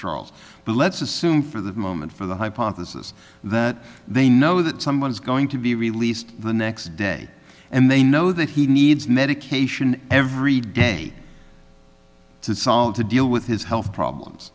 charles but let's assume for the moment for the hypothesis that they know that someone is going to be released the next day and they know that he needs medication every day to solve to deal with his health problems